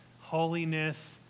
holiness